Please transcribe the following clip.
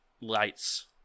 Lights